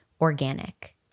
organic